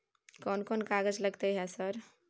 कोन कौन कागज लगतै है सर?